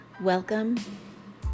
welcome